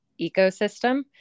ecosystem